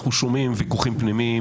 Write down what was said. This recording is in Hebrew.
אנחנו שומעים ויכוחים פנימיים,